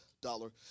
dollar